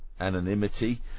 anonymity